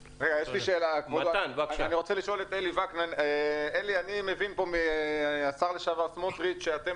אלי, אני מבין מהשר לשעבר סמוטריץ' שאתם